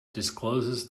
discloses